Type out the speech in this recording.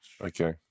Okay